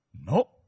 No